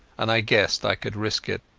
and i guessed i could risk it.